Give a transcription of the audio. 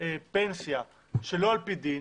פנסיה שלא על-פי דין